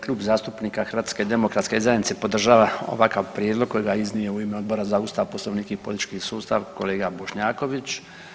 Klub zastupnika HDZ-a podržava ovakav prijedlog koji ga je uznio u ime Odbora za Ustav, Poslovnik i politički sustav kolega Bošnjaković.